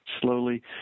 slowly